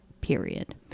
period